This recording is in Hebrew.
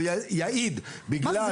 ויעיד בגלל א',